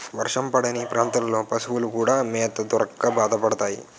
వర్షం పడని ప్రాంతాల్లో పశువులు కూడా మేత దొరక్క బాధపడతాయి